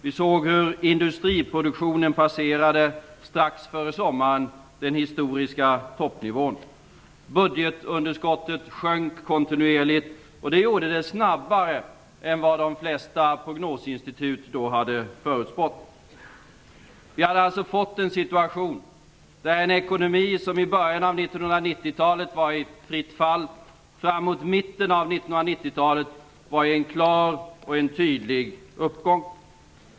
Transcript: Vi såg hur industriproduktionen passerade strax före sommaren den historiska toppnivån. Budgetunderskottet sjönk kontinuerligt. Det skedde snabbare än vad de flesta prognosinstitut hade förutspått. Vi har alltså fått en situation där en ekonomi som i början av 1990-talet var i fritt fall, framåt mitten av 1990-talet var i en klar och tydlig uppgång.